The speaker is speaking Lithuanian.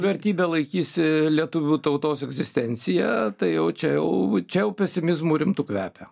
vertybę laikysi lietuvių tautos egzistenciją tai jau čia jau čia jau pesimizmu rimtu kvepia